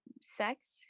sex